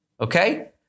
Okay